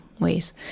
ways